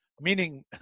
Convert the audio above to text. meaning